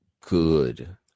good